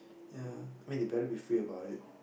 ya I mean they better be free about it